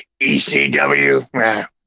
ecw